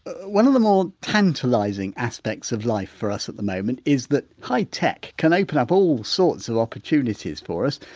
one of the more tantalising aspects of life, for us, at the moment, is that high tech can open up all sorts of opportunities for us,